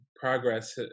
progress